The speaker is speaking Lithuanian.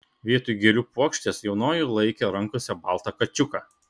vietoj gėlių puokštės jaunoji laikė rankose baltą kačiuką